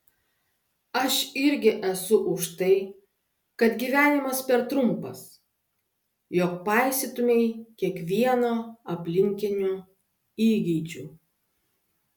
aš irgi esu už tai kad gyvenimas per trumpas jog paisytumei kiekvieno aplinkinio įgeidžių